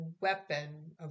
weapon